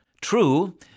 True